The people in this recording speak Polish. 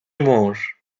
mąż